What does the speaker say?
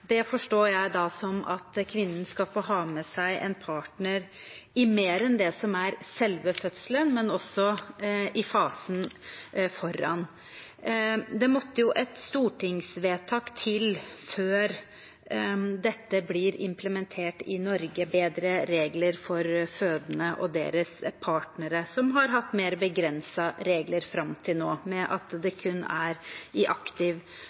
Det forstår jeg da som at kvinnen skal få ha med seg en partner ikke bare under det som er selve fødselen, men også i fasen foran. Det måtte et stortingsvedtak til før det blir implementert bedre regler i Norge for fødende og deres partnere, som har hatt mer begrensede regler fram til nå, ved at det kun er i aktiv